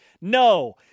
No